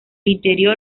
interior